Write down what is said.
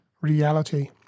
reality